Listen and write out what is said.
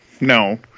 No